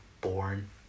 born